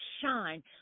shine